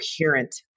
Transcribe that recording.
coherent